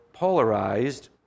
polarized